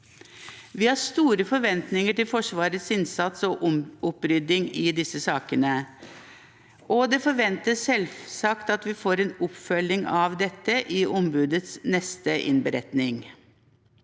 Vi har store forventninger til Forsvarets innsats og opprydding i disse sakene, og det forventes selvsagt at vi får en oppfølging av dette i ombudets neste innberetning.